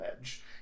edge